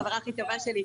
חברה הכי טובה שלי,